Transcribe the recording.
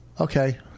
Okay